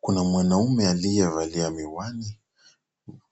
Kuna mwanaume aliyevalia miwani,